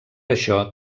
això